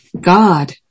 God